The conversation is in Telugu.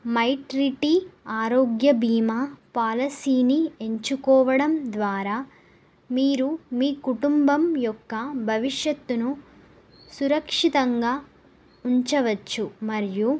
మైట్రిటీ ఆరోగ్య బీమా పాలసీని ఎంచుకోవడం ద్వారా మీరు మీ కుటుంబం యొక్క భవిష్యత్తును సురక్షితంగా ఉంచవచ్చు మరియు